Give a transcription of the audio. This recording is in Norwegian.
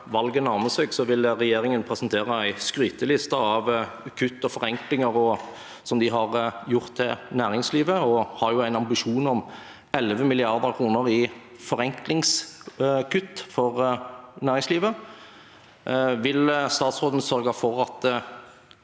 når val- get nærmer seg, vil regjeringen presentere en skryteliste av kutt og forenklinger de har gjort for næringslivet. De har jo en ambisjon om 11 mrd. kr i forenklingskutt for næringslivet. Vil statsråden sørge for at